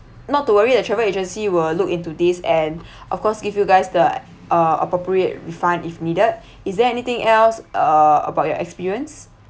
not to worry the travel agency will look into this and of course give you guys the uh appropriate refund if needed is there anything else uh about your experience